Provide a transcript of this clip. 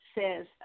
says